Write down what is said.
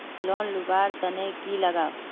Loan लुवा र तने की लगाव?